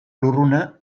lurruna